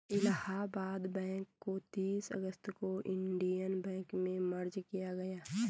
Allahabad bank को तीस अगस्त को इन्डियन बैंक में मर्ज किया गया है